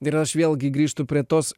ir aš vėlgi grįžtu prie tos